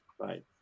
Right